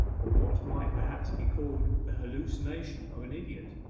or what might perhaps be called the hallucination of an idiot.